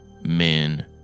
men